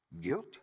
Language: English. Guilt